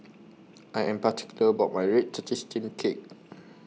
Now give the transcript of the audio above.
I Am particular about My Red Tortoise Steamed Cake